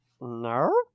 no